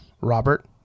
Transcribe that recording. Robert